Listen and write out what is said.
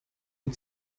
nun